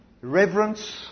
reverence